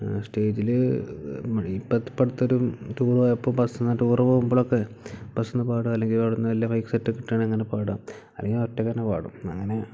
സ്റ്റേജിൽ നമ്മുടെ ഈ പത്ത് ഇപ്പടുത്തൊരു ടൂർ പോയപ്പം ബസ്സിന്ന് ടൂർ പോകുമ്പോഴൊക്കെ ബസ്സിന്ന് പാടുക അല്ലെങ്കിൽ അവിടെ നിന്ന് വലിയ മൈക്ക് സെറ്റൊക്കെ ഇട്ട് അങ്ങനെ പാടാം അല്ലെങ്കിൽ ഒറ്റക്കു തന്നെ പാടും അങ്ങനെ